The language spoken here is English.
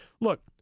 Look